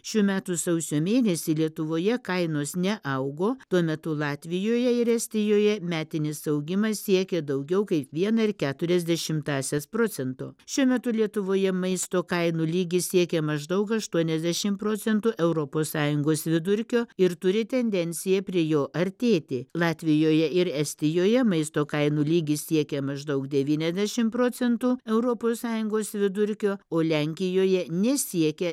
šių metų sausio mėnesį lietuvoje kainos neaugo tuo metu latvijoje ir estijoje metinis augimas siekė daugiau kaip vieną ir keturias dešimtąsias procento šiuo metu lietuvoje maisto kainų lygis siekia maždaug aštuoniasdešim procentų europos sąjungos vidurkio ir turi tendenciją prie jo artėti latvijoje ir estijoje maisto kainų lygis siekia maždaug devyniasdešim procentų europos sąjungos vidurkio o lenkijoje nesiekia